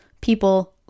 people